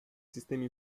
sistemi